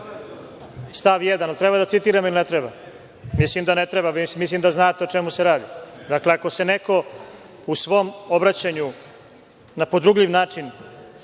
stav 1. Da li treba da citiram ili ne treba? Mislim da ne treba, već mislim da znate o čemu se radi. Dakle, ako se neko u svom obraćanju na podrugljiv način